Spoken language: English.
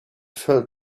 fell